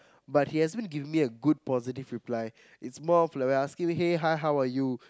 but he hasn't given me a good positive reply it's more of like asking me hey hi how are you